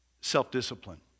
self-discipline